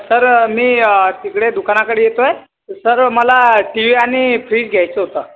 sir मी तिकडे दुकानाकडे येतो आहे तर सर मला टी वी आणि फ्रीज घ्यायचं होता